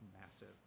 massive